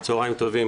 צהרים טובים.